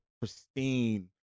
pristine